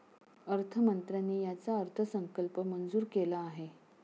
अर्थमंत्र्यांनी याचा अर्थसंकल्प मंजूर केला आहे